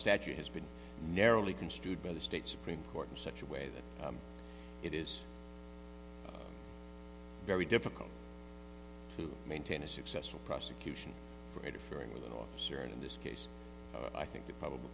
statute has been narrowly construed by the state supreme court in such a way that it is very difficult to maintain a successful prosecution for interfering with an officer in this case i think that probabl